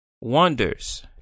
Wonders